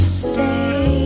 stay